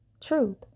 truth